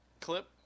clip